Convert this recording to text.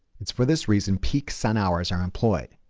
it's for this reason, peak sun hours are employed.